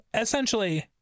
essentially